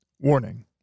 Warning